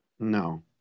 No